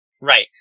Right